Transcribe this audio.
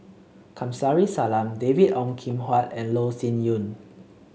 Kamsari Salam David Ong Kim Huat and Loh Sin Yun